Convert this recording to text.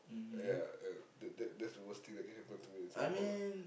ya and that that that's the worst thing that can happen to me in Singapore lah